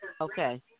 Okay